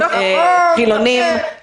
חילונים,